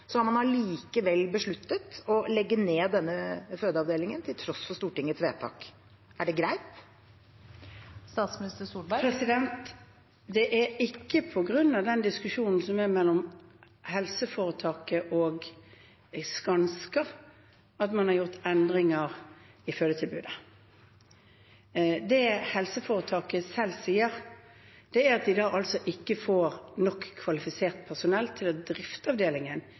har man besluttet å legge ned denne fødeavdelingen, til tross for Stortingets vedtak. Er det greit? Det er ikke på grunn av den diskusjonen som er mellom helseforetaket og Skanska, man har gjort endringer i fødetilbudet. Det helseforetaket selv sier, er at de ikke får nok kvalifisert personell til å drifte avdelingen